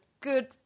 good